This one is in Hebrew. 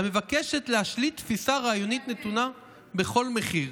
המבקשת להשליט תפיסה רעיונית נתונה בכל מחיר,